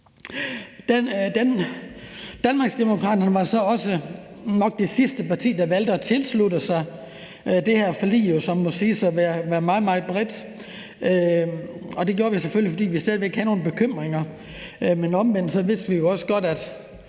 Danmarksdemokraterne var nok også det sidste parti, der valgte at tilslutte sig det her forlig, som må siges at være meget, meget bredt. Det var selvfølgelig, fordi vi stadig væk havde nogle bekymringer, men omvendt vidste vi også godt,